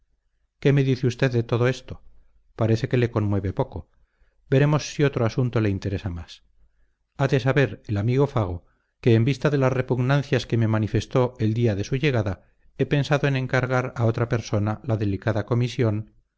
qué me dice usted de todo esto parece que le conmueve poco veremos si otro asunto le interesa más ha de saber el amigo fago que en vista de las repugnancias que me manifestó el día de su llegada he pensado en encargar a otra persona la delicada comisión